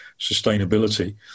sustainability